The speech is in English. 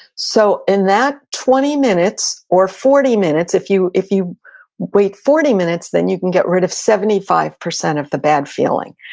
so in that twenty minutes or forty minutes, if you if you wait forty minutes, then you can get rid of seventy five percent of the bad feeling.